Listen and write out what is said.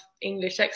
English